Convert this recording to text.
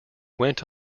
went